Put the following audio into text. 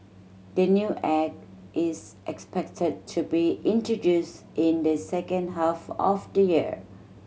the new Act is expected to be introduced in the second half of the year